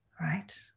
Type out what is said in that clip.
Right